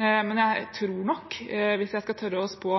men jeg tror nok, hvis jeg skal tørre å spå